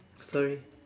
story